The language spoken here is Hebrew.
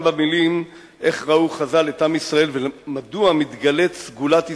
כמה מלים איך ראו חז"ל את עם ישראל ומדוע מתגלית סגולת ישראל,